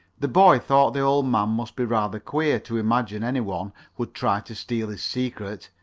the boy thought the old man must be rather queer to imagine any one would try to steal his secret,